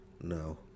No